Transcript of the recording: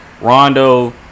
Rondo